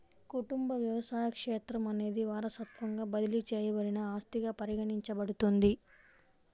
కుటుంబ వ్యవసాయ క్షేత్రం అనేది వారసత్వంగా బదిలీ చేయబడిన ఆస్తిగా పరిగణించబడుతుంది